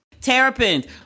Terrapins